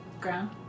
ground